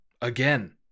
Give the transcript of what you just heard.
again